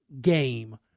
game